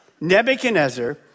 Nebuchadnezzar